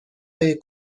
های